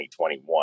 2021